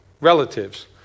relatives